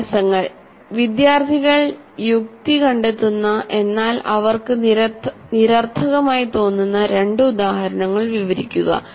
അഭ്യാസങ്ങൾ വിദ്യാർത്ഥികൾ യുക്തി കണ്ടെത്തുന്ന എന്നാൽ അവർക്കു നിരർത്ഥകമായി തോന്നുന്ന രണ്ട് ഉദാഹരണങ്ങൾ വിവരിക്കുക